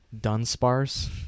Dunsparce